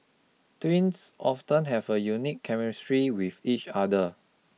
twins often have a unique chemistry with each other